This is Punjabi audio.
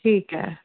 ਠੀਕ ਹੈ